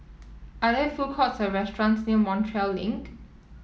are there food courts or restaurants near Montreal Link